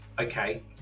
okay